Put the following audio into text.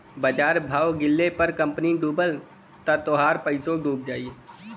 बाजार भाव गिरले पर कंपनी डूबल त तोहार पइसवो डूब जाई